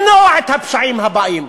למנוע את הפשעים הבאים,